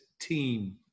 team